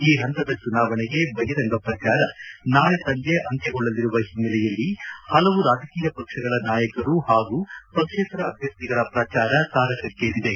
ಈ ಪಂತದ ಚುನಾವಣೆಗೆ ಬಹಿರಂಗ ಪ್ರಚಾರ ನಾಳೆ ಸಂಜೆ ಅಂತ್ಯಗೊಳ್ಳಲಿರುವ ಹಿನ್ನೆಲೆಯಲ್ಲಿ ಪಲವು ರಾಜಕೀಯ ಪಕ್ಷಗಳ ನಾಯಕರು ಹಾಗೂ ಪಕ್ಷೇತರ ಅಭ್ಯರ್ಥಿಗಳ ಪ್ರಚಾರ ತಾರಕ್ಷೇರಿದೆ